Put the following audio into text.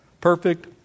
Perfect